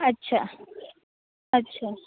ਅੱਛਾ ਅੱਛਾ